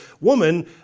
Woman